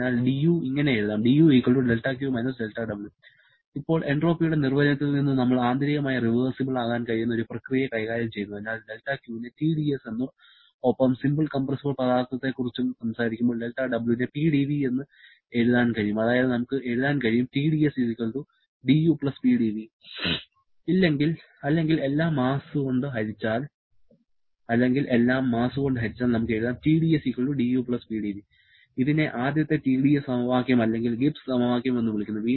അതിനാൽ dU ഇങ്ങനെ എഴുതാം du δQ − δW ഇപ്പോൾ എൻട്രോപ്പിയുടെ നിർവ്വചനത്തിൽ നിന്നും നമ്മൾ ആന്തരികമായി റിവേഴ്സിബിൾ ആകാൻ കഴിയുന്ന ഒരു പ്രക്രിയയെ കൈകാര്യം ചെയ്യുന്നു അതിനാൽ δQ നെ TdS എന്നും ഒപ്പം സിമ്പിൾ കംപ്രസ്സബിൾ പദാർത്ഥത്തെക്കുറിച്ചും സംസാരിക്കുമ്പോൾ δW നെ PdV എന്ന് എഴുതാൻ കഴിയും അതായത് നമുക്ക് എഴുതാൻ കഴിയും TdS dU PdV അല്ലെങ്കിൽ എല്ലാം മാസ് കൊണ്ട് ഹരിച്ചാൽ നമുക്ക് എഴുതാം Tds du Pdv ഇതിനെ ആദ്യത്തെ TdS സമവാക്യം അല്ലെങ്കിൽ ഗിബ്സ് സമവാക്യം എന്ന് വിളിക്കുന്നു